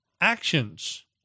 actions